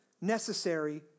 necessary